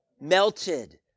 Melted